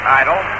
idle